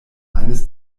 eines